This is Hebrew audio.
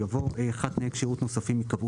יבוא: ("ה1) תנאי כשירות נוספים ייקבעו